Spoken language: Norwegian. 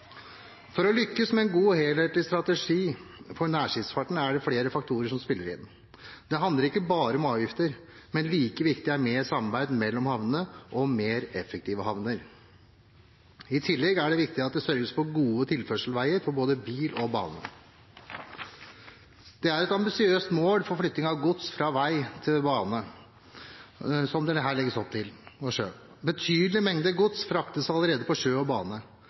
For å lykkes med en god helhetlig strategi for nærskipsfarten er det flere faktorer som spiller inn. Det handler ikke bare om avgifter, men like viktig er mer samarbeid mellom havnene og mer effektive havner. I tillegg er det viktig at det sørges for gode tilførselsveier for både bil og bane. Det er et ambisiøst mål for flytting av gods fra vei til bane og sjø som det her legges opp til. Betydelige mengder gods fraktes allerede på sjø og bane,